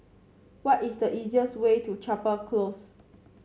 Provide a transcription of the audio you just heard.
what is the easiest way to Chapel Close